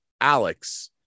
Alex